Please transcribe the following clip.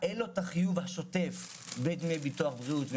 אין לו החיוב השוטף בדמי ביטוח בריאות.